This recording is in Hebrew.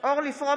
(קוראת בשמות חברי הכנסת) אורלי פרומן,